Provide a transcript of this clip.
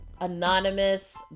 anonymous